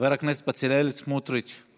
חבר הכנסת בצלאל סמוטריץ';